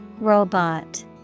Robot